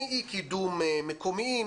מאי קידום מקומיים,